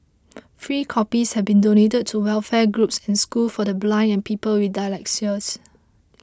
free copies have been donated to welfare groups and schools for the blind and people with dyslexia